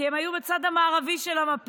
כי הם היו בצד המערבי של המפה.